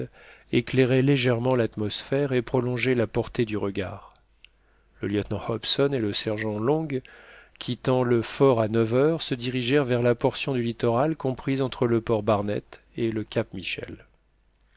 éclairait légèrement l'atmosphère et prolongeait la portée du regard le lieutenant hobson et le sergent long quittant le fort à neuf heures se dirigèrent vers la portion du littoral comprise entre le port barnett et le cap michel